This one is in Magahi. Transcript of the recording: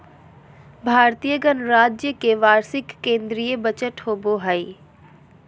भारतीय गणराज्य के वार्षिक केंद्रीय बजट होबो हइ